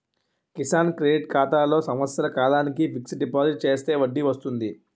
Kisan credit ఖాతాలో సంవత్సర కాలానికి ఫిక్స్ డిపాజిట్ చేస్తే వడ్డీ వస్తుంది